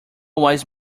wise